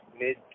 mid